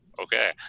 Okay